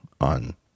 on